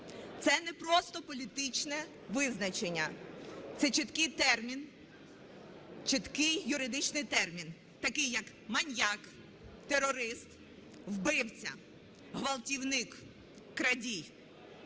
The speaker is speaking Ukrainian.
Це не просто політичне визначення, це чіткий термін, чіткий юридичний термін, такий як маніяк, терорист, вбивця, ґвалтівник, крадій.